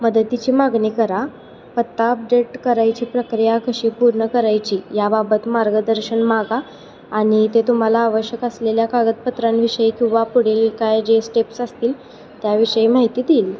मदतीची मागणी करा पत्ता अपडेट करायची प्रक्रिया कशी पूर्ण करायची याबाबत मार्गदर्शन मागा आणि ते तुम्हाला आवश्यक असलेल्या कागदपत्रांविषयी किंवा पुढील काय जे स्टेप्स असतील त्याविषयी माहिती देईल